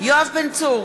יואב בן צור,